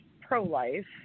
pro-life